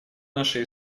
нашей